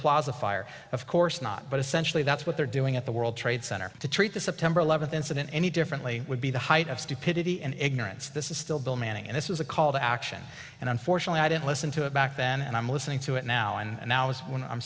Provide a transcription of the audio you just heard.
plaza fire of course not but essentially that's what they're doing at the world trade center to treat the september eleventh incident any differently would be the height of stupidity and ignorance this is still bill manning and this is a call to action and unfortunately i didn't listen to it back then and i'm listening to it now and now it's when i'm